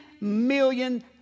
million